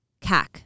CAC